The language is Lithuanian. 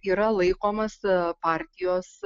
yra laikomas partijos